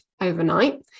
overnight